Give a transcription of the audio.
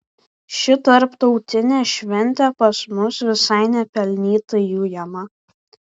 ši tarptautinė šventė pas mus visai nepelnytai ujama